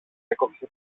έκοψε